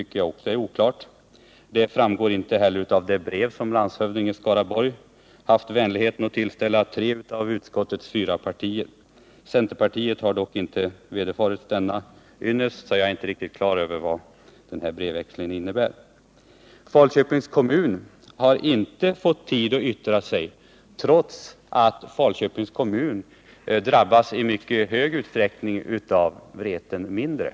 Det framgår inte heller av det brev som landshövdingen i Skaraborgs län haft vänligheten tillställa representanter för tre av de fyra partierna i utskottet. Centerpartiet har dock inte vederfarits denna ynnest, så jag är inte riktigt på det klara med vad brevväxlingen innebär. Falköpings kommun har inte fått tid att yttra sig, trots att den drabbas i mycket hög grad av alternativet Vreten mindre.